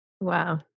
Wow